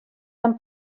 tan